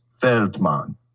Feldman